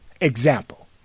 Example